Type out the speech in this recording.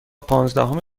پانزدهم